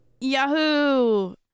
Yahoo